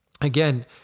Again